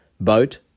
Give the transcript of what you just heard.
boat